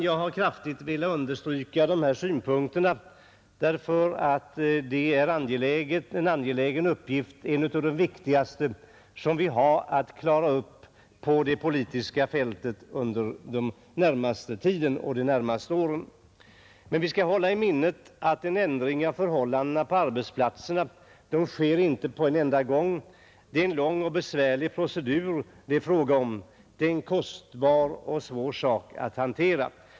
Jag har velat kraftigt understryka de här synpunkterna därför att detta är en av de viktigaste uppgifter vi har att klara på det politiska fältet under de närmaste åren. Men vi skall hålla i minnet att en ändring av förhållandena på arbetsplatserna inte sker på en enda gång. Det är fråga om en lång och besvärlig procedur. Det är en kostsam och svår sak att hantera.